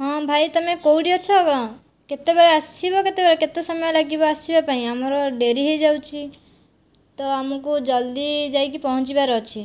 ହଁ ଭାଇ ତମେ କେଉଁଠି ଅଛ କେତେବେଳେ ଆସିବ କେତେବେଳେ କେତେ ସମୟ ଲାଗିବ ଆସିବା ପାଇଁ ଆମର ଡେରି ହୋଇ ଯାଉଛି ତ ଆମକୁ ଜଲ୍ଦି ଯାଇକି ପହଞ୍ଚିବାର ଅଛି